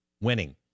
winning